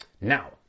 Now